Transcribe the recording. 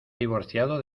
divorciado